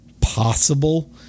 possible